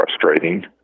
frustrating